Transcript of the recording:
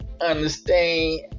Understand